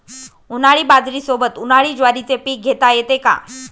उन्हाळी बाजरीसोबत, उन्हाळी ज्वारीचे पीक घेता येते का?